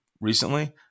recently